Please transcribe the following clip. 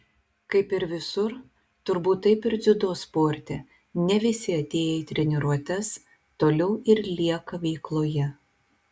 kaip ir visur turbūt taip ir dziudo sporte ne visi atėję į treniruotes toliau ir lieka veikloje